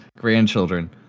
grandchildren